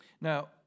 Now